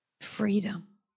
Freedom